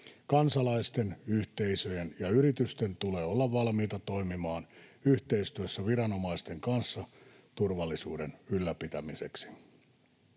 Kansalaisten, yhteisöjen ja yritysten tulee olla valmiita toimimaan yhteistyössä viranomaisten kanssa turvallisuuden ylläpitämiseksi.